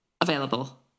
available